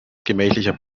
gemächlicher